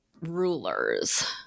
rulers